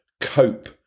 cope